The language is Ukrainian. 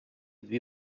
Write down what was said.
дві